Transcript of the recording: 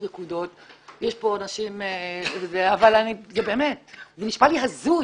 זה נשמע לי הזוי.